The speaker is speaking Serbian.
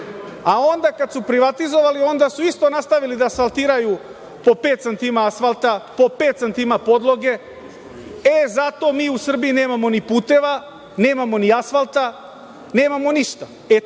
a onda kada su privatizovali, onda su isto nastavili da asfaltiraju po pet centimetara asfalta, po pet centimetara podloge. E, zato mi u Srbiji nemamo ni puteva, nemamo ni asfalta, nemamo ništa.